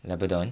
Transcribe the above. labrador